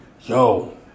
Yo